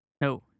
No